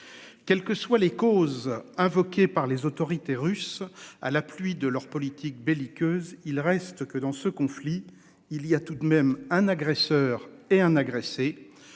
Quelles que soient les causes invoquées par les autorités russes à la pluie de leur politique belliqueuse. Il reste que dans ce conflit. Il y a tout de même un agresseur et un agressé.